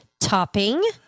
topping